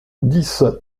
dix